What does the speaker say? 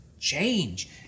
change